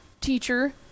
teacher